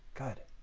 good.